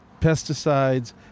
pesticides